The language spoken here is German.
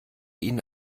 ihnen